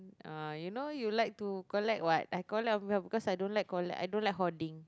uh you know you like to collect [what] I collect on behalf because I don't like collect I don't like hoarding